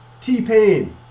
T-Pain